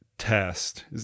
test